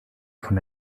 von